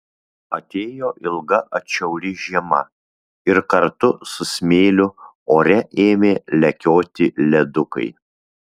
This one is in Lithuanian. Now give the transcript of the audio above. atėjo ilga atšiauri žiema ir kartu su smėliu ore ėmė lekioti ledukai